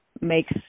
makes